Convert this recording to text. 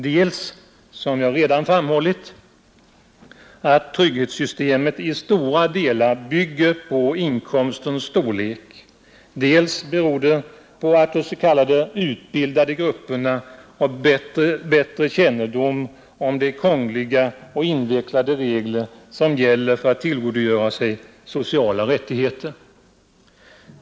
Det beror dels — som jag redan framhållit — på att trygghetssystemet i stora delar bygger på inkomstens storlek, dels på att de ”utbildade” grupperna har bättre kännedom om de krångliga och invecklade regler som gäller för att tillgodogöra sig sociala rättigheter.